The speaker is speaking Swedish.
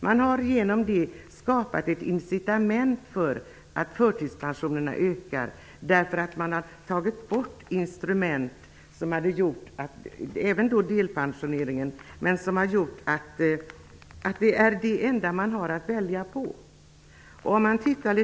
Man har skapat ett incitamet som gör att förtidspensionerna ökar. Man tar bort en del instrument, t.ex. delpensioneringen, vilket har gjort att förtidspensioneringen är det enda alternativet.